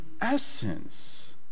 essence